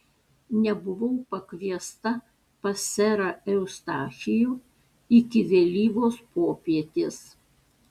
nebuvau pakviesta pas serą eustachijų iki vėlyvos popietės